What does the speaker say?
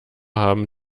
haben